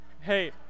hey